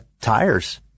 tires